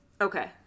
okay